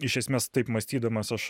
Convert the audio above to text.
iš esmės taip mąstydamas aš